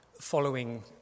Following